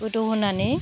गोदौ होनानै